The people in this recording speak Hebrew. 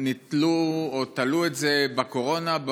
תלו את זה בקורונה,